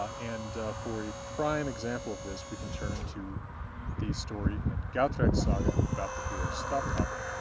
and for a prime example of this we can turn to the story in gautrek's saga about the hero starkadr.